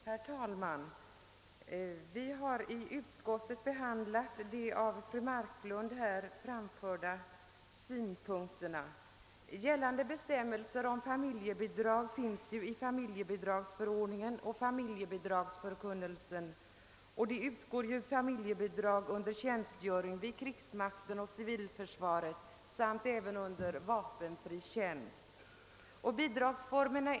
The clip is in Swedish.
Herr talman! Vi har i utskottet behandlat de synpunkter som fru Marklund nyss redovisade.